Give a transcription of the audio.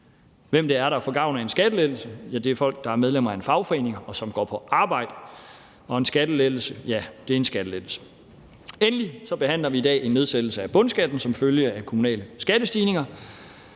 hvem det er, der får gavn af en skattelettelse; det er folk, der er medlemmer af en fagforening, og som går på arbejde. Og en skattelettelse er en skattelettelse. Endelig behandler vi i dag en nedsættelse af bundskatten som følge af kommunale skattestigninger.